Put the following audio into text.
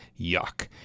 Yuck